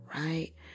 right